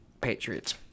Patriots